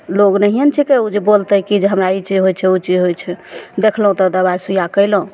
लोग नहियेँ ने छिकै उ जे बोलतय की जे हमरा ई चीज होइ छै उ चीज होइ छै देखलहुँ तऽ दबाइ सुइया कयलहुँ